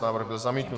Návrh byl zamítnut.